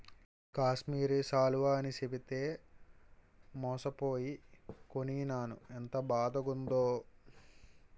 కాశ్మీరి శాలువ అని చెప్పితే మోసపోయి కొనీనాను ఎంత బాదగుందో